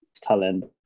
talent